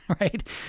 right